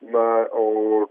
na o